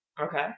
Okay